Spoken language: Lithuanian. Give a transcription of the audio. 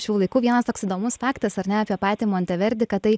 šių laikų vienas toks įdomus faktas ar ne apie patį monteverdį kad tai